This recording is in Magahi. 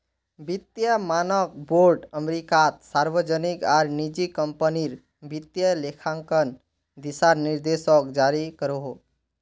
वित्तिय मानक बोर्ड अमेरिकात सार्वजनिक आर निजी क्म्पनीर वित्तिय लेखांकन दिशा निर्देशोक जारी करोहो